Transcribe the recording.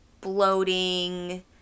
bloating